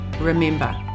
remember